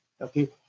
okay